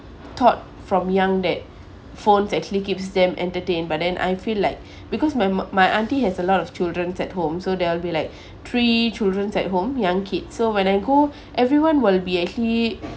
taught from young that phones actually keeps them entertained but then I feel like because my my auntie has a lot of children at home so there'll be like three children at home young kids so when I go everyone will be actually